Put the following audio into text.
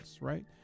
right